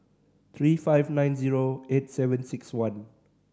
three five nine zero eight seven six one